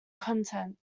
content